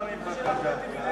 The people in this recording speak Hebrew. התשס"ט 2009,